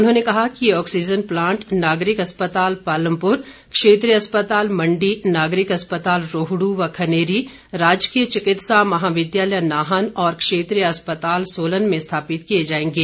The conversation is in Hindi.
उन्होंने कहा कि ये ऑक्सीजन प्लांट नागरिक अस्पताल पालमपुर क्षेत्रीय अस्पताल मण्डी नागरिक अस्पताल रोहडू व खनेरी राजकीय चिकित्सा महाविद्यालय नाहन और क्षेत्रीय अस्पताल सोलन में स्थापित किए जाएंगे